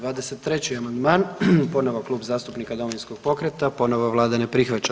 23. amandman ponovo Klub zastupnika Domovinskog pokreta, ponovo Vlada ne prihvaća.